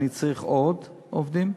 אני צריך עוד עובדים,